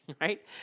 right